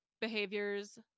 behaviors